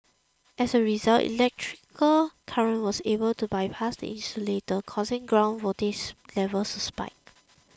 as a result electrical current was able to bypass the insulator causing ground voltage levels to spike